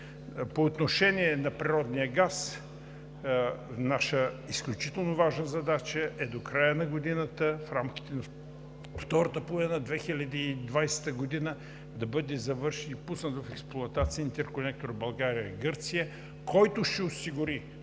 По отношение на природния газ наша изключително важна задача е до края на годината, в рамките на втората половина на 2020 г., да бъде завършен и пуснат в експлоатация интерконектор България – Гърция, който ще осигури